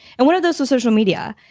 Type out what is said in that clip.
and one of those was social media.